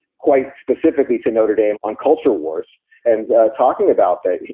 quite specifically to notre dame on culture wars and talking about that,